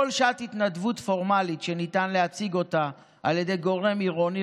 כל שעת התנדבות פורמלית שניתן להציג על ידי גורם עירוני